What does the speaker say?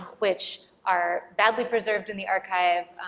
which are badly preserved in the archive,